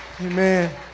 Amen